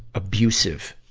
abusive,